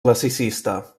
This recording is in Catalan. classicista